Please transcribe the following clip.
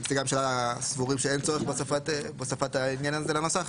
אנחנו סבורים שאין צורך בהוספת העניין הזה לנוסח,